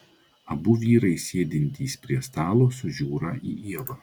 abu vyrai sėdintys prie stalo sužiūra į ievą